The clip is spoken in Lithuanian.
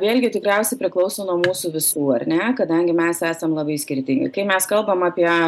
vėlgi tikriausiai priklauso nuo mūsų visų ar ne kadangi mes esam labai skirtingi kai mes kalbam apie